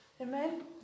Amen